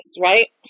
right